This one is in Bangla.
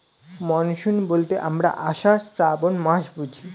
মনসুন বলতে আমরা আষাঢ়, শ্রাবন মাস বুঝি